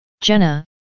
Jenna